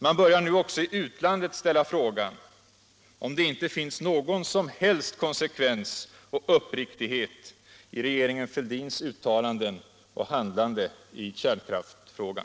Man börjar nu också i utlandet ställa frågan om det inte finns någon som helst konsekvens och uppriktighet i regeringen Fälldins uttalanden och handlande i kärnkraftsfrågan.